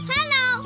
Hello